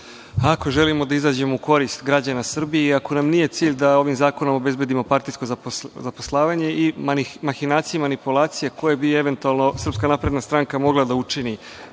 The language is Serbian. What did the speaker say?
Ako želimo da izađemo u korist građana Srbije i ako nam nije cilj da ovim zakonom obezbedimo partijsko zapošljavanje i mahinacije i manipulacije koje bi eventualno SNS mogla da učini